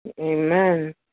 Amen